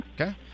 Okay